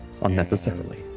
unnecessarily